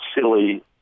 silly